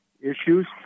issues